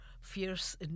fierce